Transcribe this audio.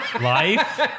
life